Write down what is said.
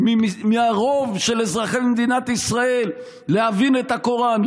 מהרוב של אזרחי מדינת ישראל להבין את הקוראן,